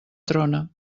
trona